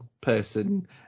person